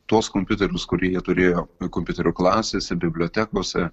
tuos kompiuterius kurių jie turėjo kompiuterių klasėse bibliotekose